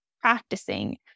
practicing